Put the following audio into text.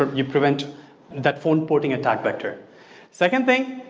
ah you prevent that phone porting attack vector second thing,